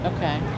Okay